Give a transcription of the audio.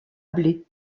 blé